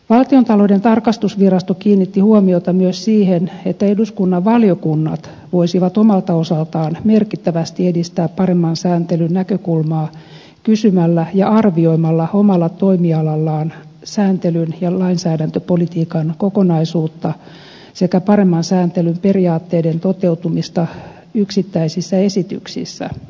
valtiontalouden tarkastusvirasto kiinnitti huomiota myös siihen että eduskunnan valiokunnat voisivat omalta osaltaan merkittävästi edistää paremman sääntelyn näkökulmaa kysymällä ja arvioimalla omalla toimialallaan sääntelyn ja lainsäädäntöpolitiikan kokonaisuutta sekä paremman sääntelyn periaatteiden toteutumista yksittäisissä esityksissä